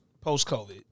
post-COVID